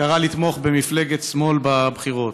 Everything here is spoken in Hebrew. קרא לתמוך במפלגת שמאל בבחירות.